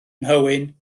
nhywyn